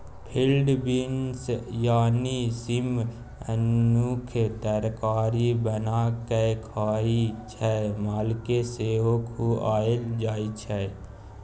field beans यानी सीम मनुख तरकारी बना कए खाइ छै मालकेँ सेहो खुआएल जाइ छै